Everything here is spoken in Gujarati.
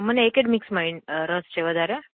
મને એકેડિમિક્સમાં રસ છે વધારે